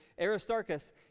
Aristarchus